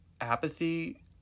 Apathy